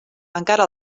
encara